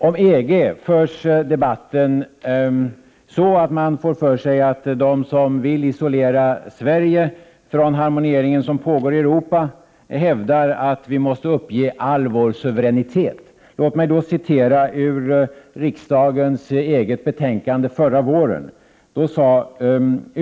Debatten om EG förs så, att man får för sig att de som vill isolera Sverige från den harmoniering som pågår i Europa hävdar att vi måste uppge all vår suveränitet. Låt mig då citera ur riksdagens eget betänkande från förra Prot. 1988/89:59 våren.